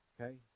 Okay